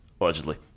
Allegedly